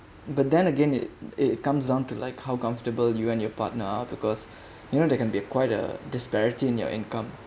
but then again it it comes down to like how comfortable you and your partner because you know there can be quite a disparity in your income